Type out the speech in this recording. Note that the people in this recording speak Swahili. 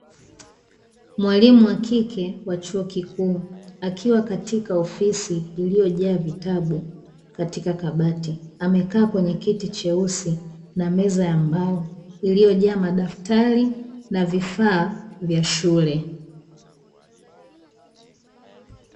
Mwalimu wa kike wa chuo kikuu akiwa katika ofisi iliyojaa vitabu katika kabati, amekaa kwenye kiti cheusi na meza ya mbao iliyojaa madaftari na vifaa vya shule.